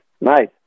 nice